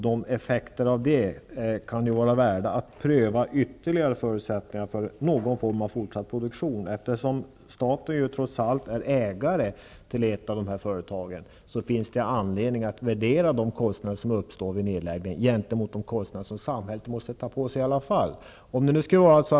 Det kan vara värt att ytterligare pröva förutsättningarna för någon form av fortsatt produktion. Staten är trots allt ägare till ett av dessa företag, och det finns anledning att jämföra de kostnader som sparas vid en nedläggning gentemot de kostnader som samhället i alla fall måste ta på sig.